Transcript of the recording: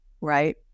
right